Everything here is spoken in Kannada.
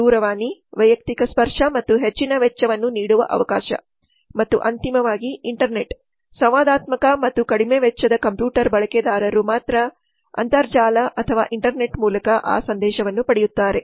ದೂರವಾಣಿ ವೈಯಕ್ತಿಕ ಸ್ಪರ್ಶ ಮತ್ತು ಹೆಚ್ಚಿನ ವೆಚ್ಚವನ್ನು ನೀಡುವ ಅವಕಾಶ ಮತ್ತು ಅಂತಿಮವಾಗಿ ಇಂಟರ್ನೆಟ್ ಸಂವಾದಾತ್ಮಕ ಮತ್ತು ಕಡಿಮೆ ವೆಚ್ಚದ ಕಂಪ್ಯೂಟರ್ಬಳಕೆದಾರರು ಮಾತ್ರ ಇಂಟರ್ನೆಟ್ ಮೂಲಕ ಆ ಸಂದೇಶವನ್ನು ಪಡೆಯುತ್ತಾರೆ